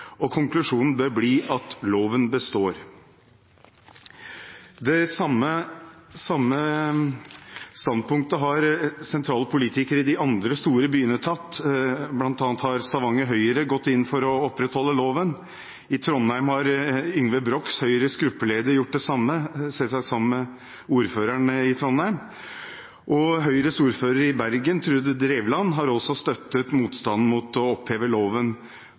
og konklusjonen bør bli at loven består.» Det samme standpunktet har sentrale politikere i de andre store byene tatt. Blant annet har Stavanger Høyre gått inn for å opprettholde loven. I Trondheim har Yngve Brox, Høyres gruppeleder, gjort det samme, selvsagt sammen med ordføreren i Trondheim. Høyres ordfører i Bergen, Trude Drevland, har også støttet motstanden mot å oppheve loven,